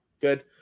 Good